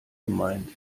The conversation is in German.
gemeint